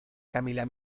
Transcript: camila